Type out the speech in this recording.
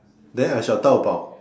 then I shall talk about